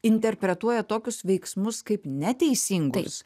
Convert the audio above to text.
interpretuoja tokius veiksmus kaip neteisingus